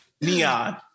Neon